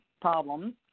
problems